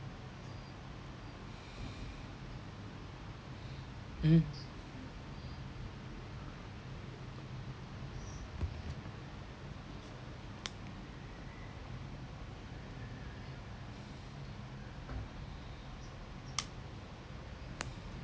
mm